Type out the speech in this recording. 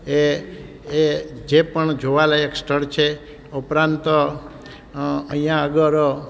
એ એ જે પણ જોવા લાયક સ્થળ છે ઉપરાંત અહીંયા આગળ